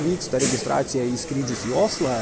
vyksta registracija į skrydžius į oslą